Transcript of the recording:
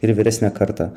ir vyresnę kartą